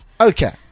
Okay